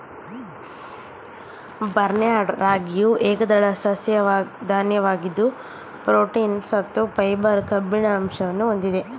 barnyard ರಾಗಿಯು ಏಕದಳ ಧಾನ್ಯವಾಗಿದ್ದು ಪ್ರೋಟೀನ್, ಸತ್ತು, ಫೈಬರ್, ಕಬ್ಬಿಣದ ಅಂಶಗಳನ್ನು ಹೊಂದಿದೆ